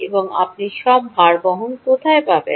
এবং আপনি সব ভারবহন কোথায় পাবেন